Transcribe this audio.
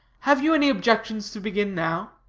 have you any objections to begin now?